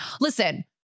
Listen